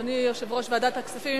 אדוני יושב-ראש ועדת הכספים.